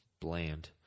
bland